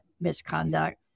misconduct